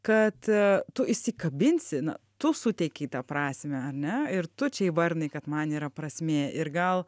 kad tu įsikabinsi na tu suteikei tą prasmę ar ne ir tu čia įvardinai kad man yra prasmė ir gal